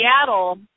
Seattle